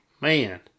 man